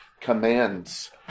commands